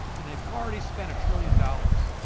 and they've already spent a trillion dollars.